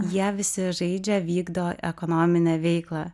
jie visi žaidžia vykdo ekonominę veiklą